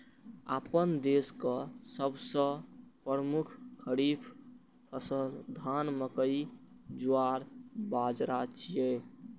अपना देशक सबसं प्रमुख खरीफ फसल धान, मकई, ज्वार, बाजारा छियै